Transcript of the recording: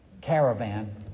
caravan